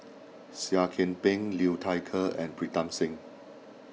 Seah Kian Peng Liu Thai Ker and Pritam Singh